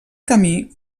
camí